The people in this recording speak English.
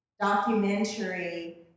documentary